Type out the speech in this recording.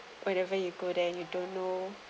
whenever you go there you don't know